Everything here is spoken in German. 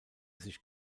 sich